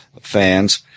fans